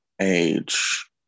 age